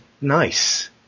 nice